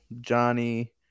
Johnny